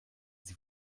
sie